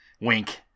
Wink